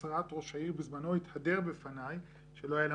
ראש העיר נצרת בזמנו התהדר בפניי שלא היה לנו